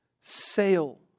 sail